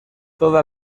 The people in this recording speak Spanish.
toda